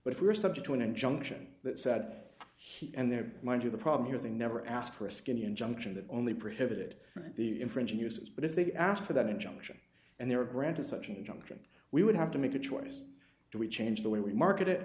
but if we're subject to an injunction that said he and there mind you the problem here is they never asked for a skinny injunction that only prohibited the infringing uses but if they asked for that injunction and they were granted such an injunction we would have to make a choice do we change the way we market